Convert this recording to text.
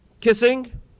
Kissing